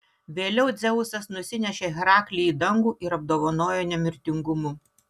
vėliau dzeusas nusinešė heraklį į dangų ir apdovanojo nemirtingumu